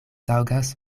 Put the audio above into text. taŭgas